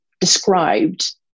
described